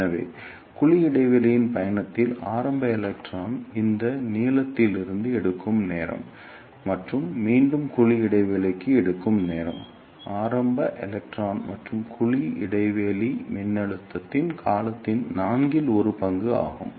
எனவே குழி இடைவெளியின் பயணத்தில் ஆரம்ப எலக்ட்ரான் இந்த நீளத்திற்கு எடுக்கும் நேரம் மற்றும் மீண்டும் குழி இடைவெளிக்கு எடுக்கும் நேரம் ஆரம்ப எலக்ட்ரான் மற்றும் குழி இடைவெளி மின்னழுத்தத்தின் காலத்தின் நான்கில் ஒரு பங்கு ஆகும்